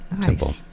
simple